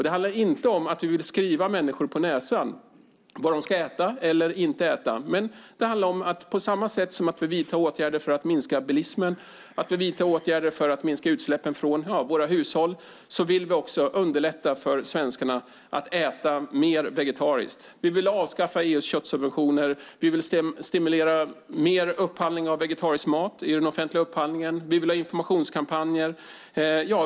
Det handlar inte om att vi vill skriva människor på näsan vad de ska äta och inte äta, utan på samma sätt som vi vidtar åtgärder för att minska bilismen och utsläppen från våra hushåll vill vi underlätta för svenskarna att äta mer vegetariskt. Vi vill avskaffa EU:s köttsubventioner, vill stimulera mer upphandling av vegetarisk mat i den offentliga upphandlingen och vi vill ha informationskampanjer.